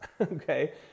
okay